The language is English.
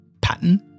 pattern